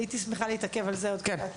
הייתי שמחה להתעכב על זה עוד קצת.